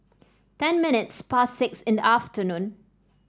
ten minutes past six in the afternoon